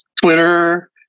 Twitter